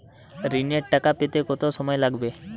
ঋণের টাকা পেতে কত সময় লাগবে?